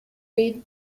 read